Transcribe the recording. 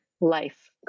life